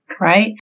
right